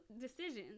decisions